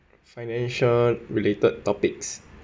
financial related topics